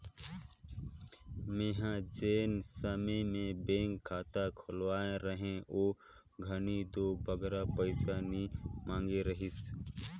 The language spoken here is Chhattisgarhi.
मेंहा जेन समे में बेंक खाता खोलवाए रहें ओ घनी दो बगरा पइसा नी मांगे रहिस